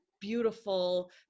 beautiful